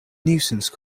nuisance